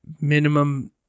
Minimum